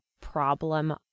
problem